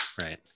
Right